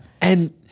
And-